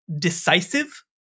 decisive